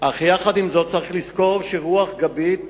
אך יחד עם זאת צריך לזכור שרוח גבית